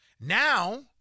Now